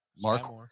Mark